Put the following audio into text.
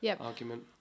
argument